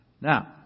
Now